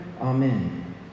Amen